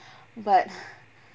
but